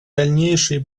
дальнейшие